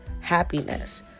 happiness